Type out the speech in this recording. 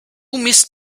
mist